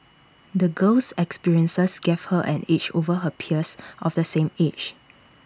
the girl's experiences gave her an edge over her peers of the same age